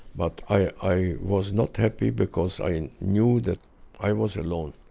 but i i was not happy because i knew that i was alone.